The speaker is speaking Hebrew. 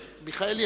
מיכאלי,